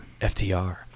FTR